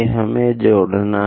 हमें जुड़ना है